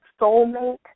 soulmate